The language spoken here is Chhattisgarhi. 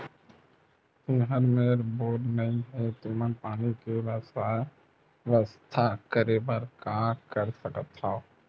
तुहर मेर बोर नइ हे तुमन पानी के बेवस्था करेबर का कर सकथव?